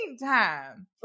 time